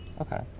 Okay